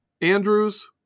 Andrews